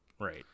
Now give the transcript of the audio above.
Right